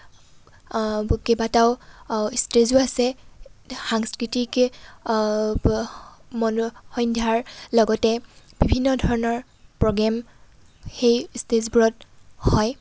কেইবাটাও ষ্টেজো আছে সাংস্কৃতিক সন্ধ্যাৰ লগতে বিভিন্ন ধৰণৰ প্ৰ'গ্ৰেম সেই ষ্টেজবোৰত হয়